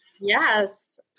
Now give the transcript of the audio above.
Yes